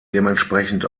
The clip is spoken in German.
dementsprechend